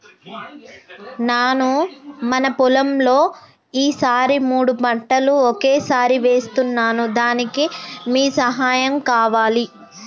నాను మన పొలంలో ఈ సారి మూడు పంటలు ఒకేసారి వేస్తున్నాను దానికి మీ సహాయం కావాలి